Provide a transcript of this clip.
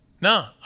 No